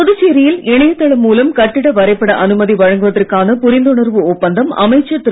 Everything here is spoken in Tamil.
புதுச்சேரியில் இணையதளம் மூலம் கட்டிட வரைபட அனுமதி வழங்குவதற்கான புரிந்துணர்வு ஒப்பந்தம் அமைச்சர் திரு